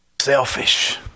Selfish